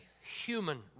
human